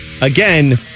again